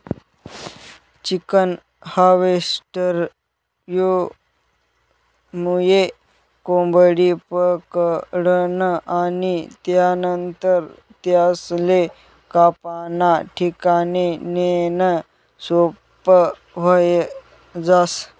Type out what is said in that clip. chicken हार्वेस्टरमुये कोंबडी पकडनं आणि त्यानंतर त्यासले कापाना ठिकाणे नेणं सोपं व्हयी जास